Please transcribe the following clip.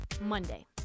Monday